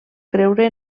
creure